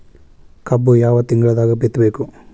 ಕಬ್ಬು ಯಾವ ತಿಂಗಳದಾಗ ಬಿತ್ತಬೇಕು?